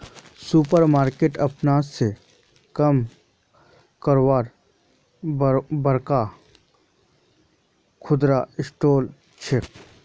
super market अपने स काम करवार बड़का खुदरा स्टोर छिके